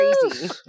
crazy